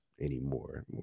anymore